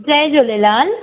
Jay Jhulelal